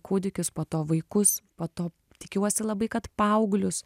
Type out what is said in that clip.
kūdikius po to vaikus po to tikiuosi labai kad paauglius